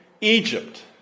Egypt